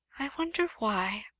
i wonder why?